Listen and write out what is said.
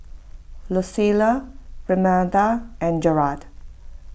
Lucile Renada and Gearld